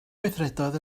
gweithredoedd